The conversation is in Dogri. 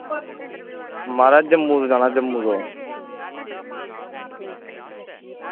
म्हाराज जम्मू तों जाना जम्मू तों